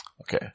Okay